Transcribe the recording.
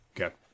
Okay